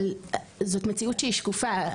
אבל זאת מציאות שהיא שקופה,